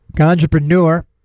Entrepreneur